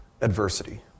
adversity